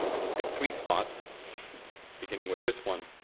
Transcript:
and i'll look at three spots beginning with this one.